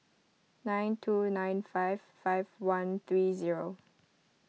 nine two nine five five one three zero